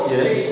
Yes